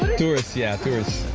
tourists, yeah, tourists.